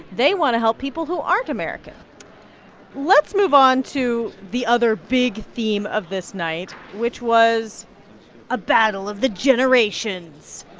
they want to help people who aren't american let's move on to the other big theme of this night, which was a battle of the generations.